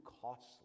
costly